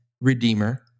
redeemer